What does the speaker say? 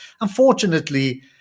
Unfortunately